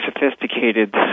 sophisticated